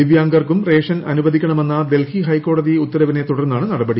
ദിവൃാംഗർക്കും ration അനുവദിക്കണമെന്ന ഡൽഹി ഹൈക്കോടതി ഉത്തരവിനെ തുടർന്നാണ് നടപടി